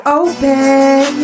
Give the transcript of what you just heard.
open